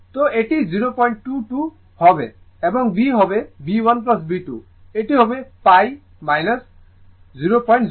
তো এটি 022 হবে এবং b হবে b 1 b 2 এটি হবে pi 004